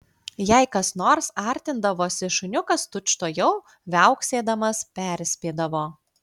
jei kas nors artindavosi šuniukas tučtuojau viauksėdamas perspėdavo